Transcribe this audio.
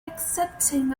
accepting